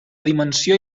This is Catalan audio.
dimensió